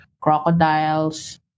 crocodiles